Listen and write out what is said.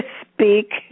speak